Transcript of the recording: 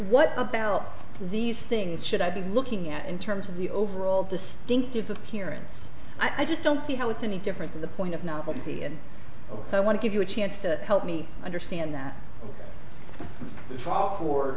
what about all these things should i be looking at in terms of the overall distinctive appearance i just don't see how it's any different from the point of novelty and so i want to give you a chance to help me understand that th